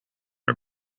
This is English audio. are